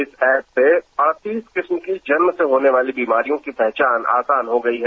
इस एप से किसी किस्मह की जन्म से होने वाली बीमारी की पहचान आसान हो गई है